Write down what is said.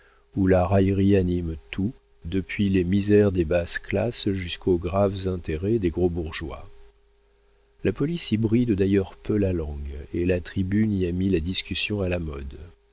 où la raillerie anime tout depuis les misères des basses classes jusqu'aux graves intérêts des gros bourgeois la police y bride d'ailleurs peu la langue et la tribune y a mis la discussion à la mode